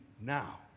now